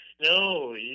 No